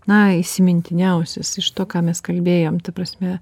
na įsimintiniausias iš to ką mes kalbėjom ta prasme